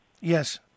Yes